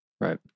right